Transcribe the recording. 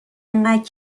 انقدر